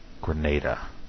Grenada